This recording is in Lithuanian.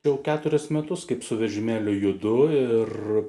jau keturis metus kaip su vežimėliu judu ir